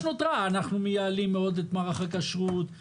שנת המעבר אומרת שייתנו להם לעשות את זה